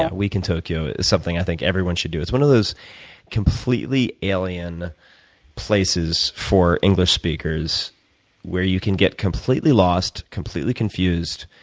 yeah, a week in tokyo is something i think everyone should do. it's one of those completely alien places for english speakers where you can get completely lost, completely confused,